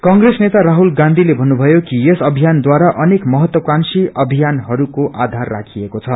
cross नेता राहुल गाँथीले षन्नुथयो कि यस अभियानद्वारा अनेक महत्वाकांशी अभियानहस्को आधर राखिएको छ